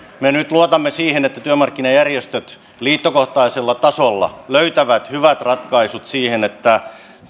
me nyt luotamme siihen että työmarkkinajärjestöt liittokohtaisella tasolla löytävät hyvät ratkaisut siihen että